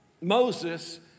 Moses